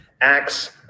acts